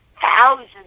thousands